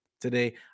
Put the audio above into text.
today